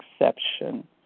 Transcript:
exception